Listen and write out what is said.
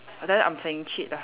but then I'm playing cheat ah